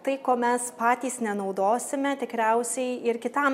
tai ko mes patys nenaudosime tikriausiai ir kitam